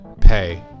pay